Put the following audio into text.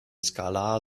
skalar